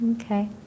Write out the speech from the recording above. Okay